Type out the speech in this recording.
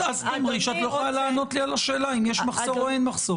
אז תאמרי שאת לא יכולה לענות לי על השאלה אם יש מחסור או אין מחסור.